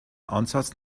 ansatz